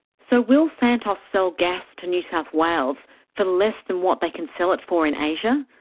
so will santos sell gas to new south wales for less than what they can sell it for in asia?